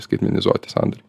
skaimenizuoti sandoriai